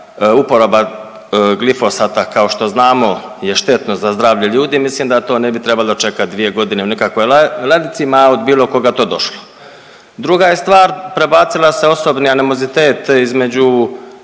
uporaba glifosata kao što znamo je štetno za zdravlje ljudi mislim da to ne bi trebalo čekati dvije godine u nekakvoj ladici, ma od bilo koga to došlo. Druga je stvar prebacila se osobni animozitet između